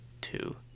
two